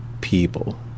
people